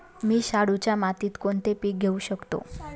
मी शाडूच्या मातीत कोणते पीक घेवू शकतो?